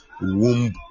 womb